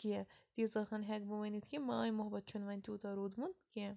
کیٚنہہ تیٖژاہ ہَن ہٮ۪کہٕ بہٕ وٕنِتھ کہِ ماے محبت چھُنہٕ وۄنۍ تیوٗتاہ روٗدٕمُت کیٚنہہ